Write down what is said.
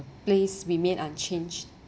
place remain unchanged